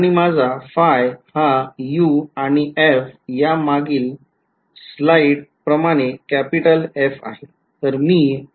आणि माझा हा u आणि f हा मागील स्लाईड प्रमाणे Capital F आहे